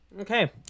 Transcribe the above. Okay